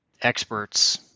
experts